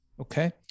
Okay